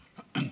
הזמן.